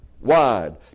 wide